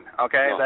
Okay